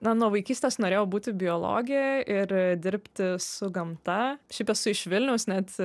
na nuo vaikystės norėjau būti biologė ir dirbti su gamta šiaip esu iš vilniaus net